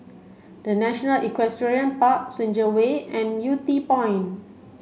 The National Equestrian Park Senja Way and Yew Tee Point